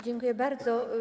Dziękuję bardzo.